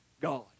God